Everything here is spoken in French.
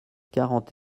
quarante